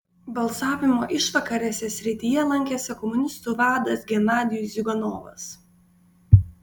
balsavimo išvakarėse srityje lankėsi komunistų vadas genadijus ziuganovas